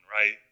right